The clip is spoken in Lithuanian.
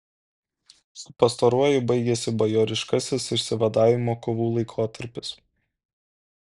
su pastaruoju baigėsi bajoriškasis išsivadavimo kovų laikotarpis